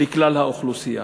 לכלל האוכלוסייה.